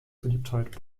beliebtheit